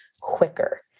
quicker